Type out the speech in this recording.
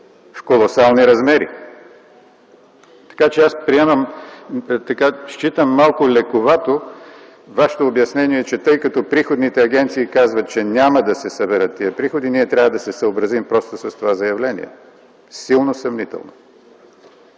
В колосални размери! Аз считам малко лековато Вашето обяснение, че тъй като приходните агенции казват, че няма да се съберат тези приходи, ние трябва да се съобразим просто с това заявление. Силно съмнително!